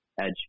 Edge